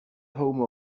home